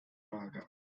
mager